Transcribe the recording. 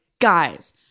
guys